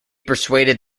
persuaded